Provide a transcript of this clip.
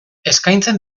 eskaintzen